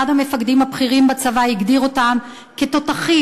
אחד המפקדים הבכירים בצבא הגדיר אותם "תותחים",